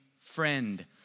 friend